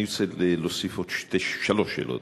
אני רוצה להוסיף עוד שלוש שאלות: